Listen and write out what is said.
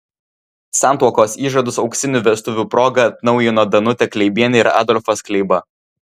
santuokos įžadus auksinių vestuvių proga atnaujino danutė kleibienė ir adolfas kleiba